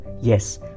yes